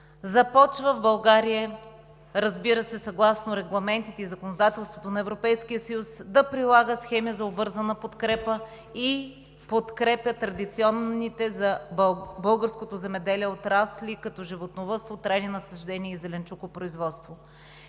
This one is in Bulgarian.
започва, разбира се, съгласно регламентите и законодателството на Европейския съюз да прилага схеми за обвързана подкрепа и да подкрепя традиционните за българското земеделие отрасли, като животновъдство, трайни насаждения и зеленчукопроизводство.